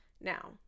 now